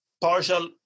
partial